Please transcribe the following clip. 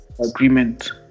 agreement